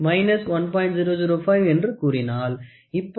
005 என்று கூறினாள் இப்பொழுது அது 23